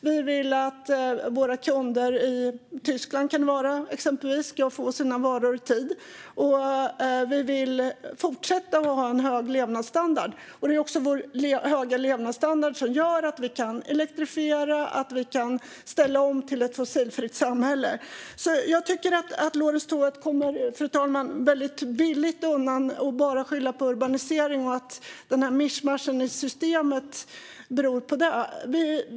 Vi vill att våra kunder i exempelvis Tyskland ska få sina varor i tid. Vi vill fortsätta att ha en hög levnadsstandard. Det är också vår höga levnadsstandard som gör att vi kan elektrifiera och att vi kan ställa om till ett fossilfritt samhälle. Fru talman! Jag tycker att Lorentz Tovatt kommer väldigt billigt undan genom att bara skylla på urbaniseringen och säga att mischmaschet i systemet beror på den.